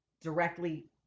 directly